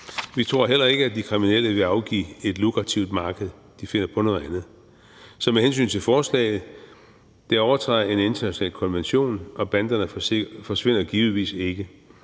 Vi tror heller ikke, at de kriminelle vil afgive et lukrativt marked, de finder på noget andet. Så med hensyn til forslaget vil jeg sige, at det overtræder en international konvention, og banderne forsvinder givetvis ikke.